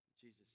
Jesus